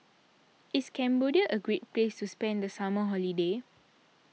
is Cambodia a great place to spend the summer holiday